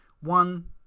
One